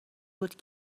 بود